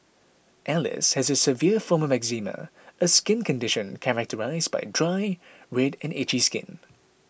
Alice has a severe form of eczema a skin condition characterised by dry red and itchy skin